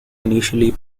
initially